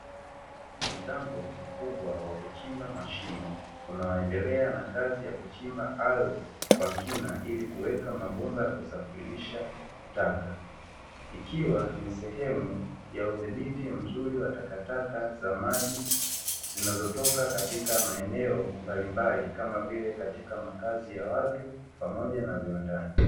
Mtambo mkubwa wa kuchimba mashimo unaoendelea na kazi ya kuchimba ardhi kwa kina, ili kuweka mabomba ya kusafirisha taka. Ikiwa ni sehemu ya udhibiti mzuri wa takataka za maji zinazotoka katika maeneo mbalimbali, kama vile katika makazi ya watu pamoja na viwandani.